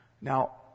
Now